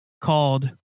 called